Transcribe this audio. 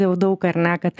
jau daug ar ne kad